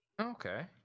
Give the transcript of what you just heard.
Okay